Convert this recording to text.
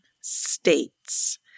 states